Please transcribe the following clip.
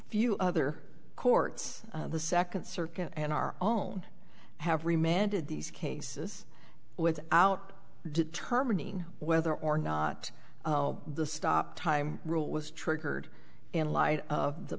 few other courts the second circuit and our own have remained in these cases without determining whether or not the stop time rule was triggered in light of the